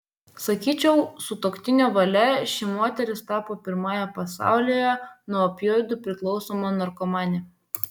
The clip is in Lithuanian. sakyčiau sutuoktinio valia ši moteris tapo pirmąja pasaulyje nuo opioidų priklausoma narkomane